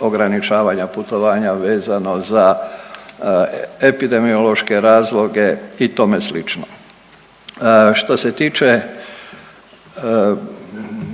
ograničavanja putovanja vezano za epidemiološke razloge i tome slično. Što se tiče